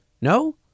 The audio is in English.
No